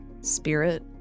spirit